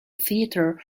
theater